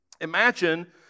Imagine